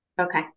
Okay